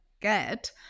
get